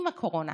עם הקורונה.